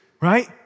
right